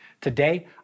Today